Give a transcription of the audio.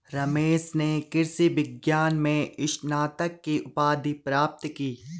रमेश ने कृषि विज्ञान में स्नातक की उपाधि प्राप्त की